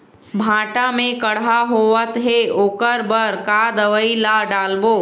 भांटा मे कड़हा होअत हे ओकर बर का दवई ला डालबो?